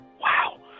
wow